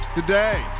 today